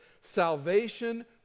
salvation